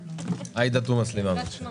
עאידה תומא סלימאן, בבקשה.